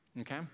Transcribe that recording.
Okay